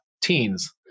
teens